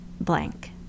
blank